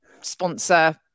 sponsor